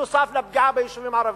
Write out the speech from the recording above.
נוסף על פגיעה ביישובים הערביים.